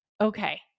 okay